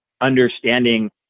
understanding